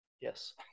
Yes